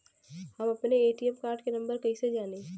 हम अपने ATM card के नंबर कइसे जानी?